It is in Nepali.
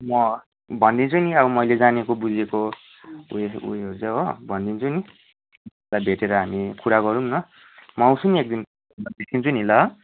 म भनिदिन्छु नि अब मैले जानेको बुझेको उयो उयोहरू चाहिँ हो भनिदिन्छु नि भेटेर हामी कुरा गरौँ न म आउँछु नि एकदिन भेटिदिन्छु नि ल